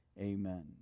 Amen